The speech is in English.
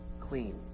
clean